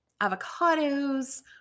avocados